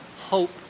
hope